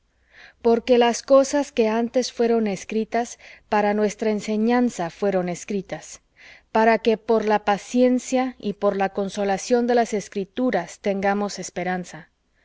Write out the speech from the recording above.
porque las cosas que antes fueron escritas para nuestra enseñanza fueron escritas para que por la paciencia y por la consolación de las escrituras tengamos esperanza